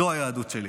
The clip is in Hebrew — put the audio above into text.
זו היהדות שלי.